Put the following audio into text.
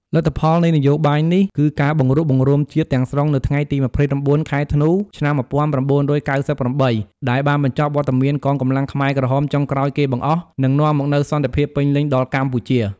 លទ្ធផលនៃនយោបាយនេះ គឺការបង្រួបបង្រួមជាតិទាំងស្រុងនៅថ្ងៃទី ២៩ ខែធ្នូ ឆ្នាំ ១៩៩៨ ដែលបានបញ្ចប់វត្តមានកងកម្លាំងខ្មែរក្រហមចុងក្រោយគេបង្អស់ និងនាំមកនូវសន្តិភាពពេញលេញដល់កម្ពុជា។